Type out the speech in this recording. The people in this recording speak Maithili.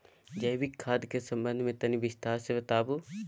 जैविक खाद के संबंध मे तनि विस्तार स बताबू?